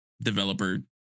developer